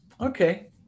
Okay